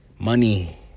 Money